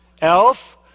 Elf